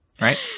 right